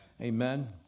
Amen